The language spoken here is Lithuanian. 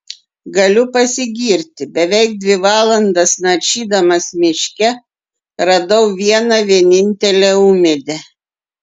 galiu pasigirti beveik dvi valandas naršydamas miške radau vieną vienintelę ūmėdę